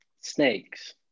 Snakes